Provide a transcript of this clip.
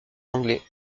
anglais